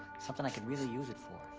something i could really use it for.